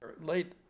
Late